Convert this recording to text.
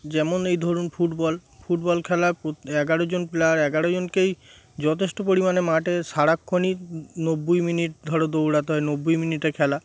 যেমন এই ধরুন ফুটবল ফুটবল খেলা প্রোত এগারো জন প্লেয়ার এগারো জনকেই যথেষ্ট পরিমাণে মাঠে সারাক্ষণই নব্বই মিনিট ধরো দৌড়াতে হয় নব্বই মিনিটের খেলা